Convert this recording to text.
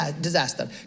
disaster